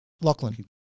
Lachlan